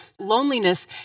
Loneliness